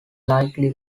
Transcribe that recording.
likely